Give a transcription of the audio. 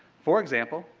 for example,